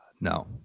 No